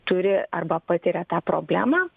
turi arba patiria tą problemą